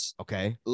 Okay